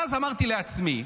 אבל אז אמרתי לעצמי,